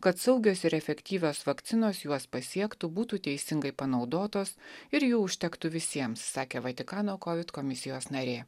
kad saugios ir efektyvios vakcinos juos pasiektų būtų teisingai panaudotos ir jų užtektų visiems sakė vatikano kovid komisijos narė